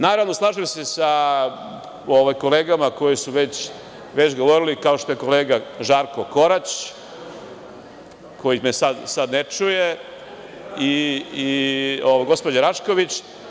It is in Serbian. Naravno, slažem se sa kolegama koje su već govorile i kao što je kolega Žarko Korać, koji me sada ne čuje i gospođa Rašković.